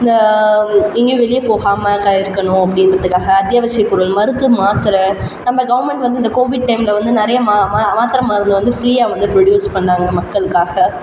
இந்த எங்கேயும் வெளியே போகாமல் இருக்கணும் அப்படின்றத்துக்காக அத்தியாவசிய பொருள் மருந்து மாத்திரை நம்ம கவர்ன்மெண்ட் வந்து கோவிட் டைமில் வந்து நிறையா மா மா மாத்திரை மருந்து வந்து ஃபிரீயாக வந்து ப்ரொடியூஸ் பண்ணாங்க மக்களுக்காக